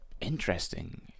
interesting